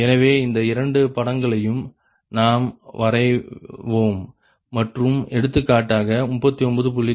எனவே இந்த இரண்டு படங்களையும் நாம் வரைவோம் மற்றும் எடுத்துக்காட்டாக 39